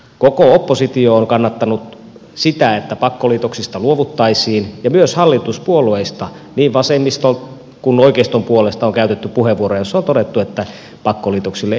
koko oppositio on kannattanut sitä että pakkoliitoksista luovuttaisiin ja myös hallituspuolueista niin vasemmiston kuin oikeiston puolesta on käytetty puheenvuoroja joissa on todettu että pakkoliitoksille ei ole tarvetta